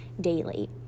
daily